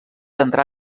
entrà